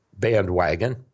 bandwagon